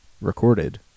recorded